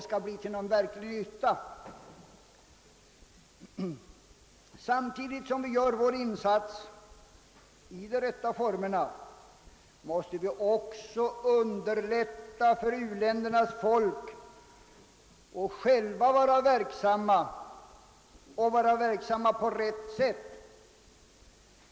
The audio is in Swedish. Samtidigt som vi gör vår insats i de rätta formerna måste vi också underlätta för u-ländernas folk att vara verksamma på rätt sätt.